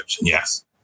yes